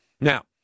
Now